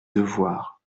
devoir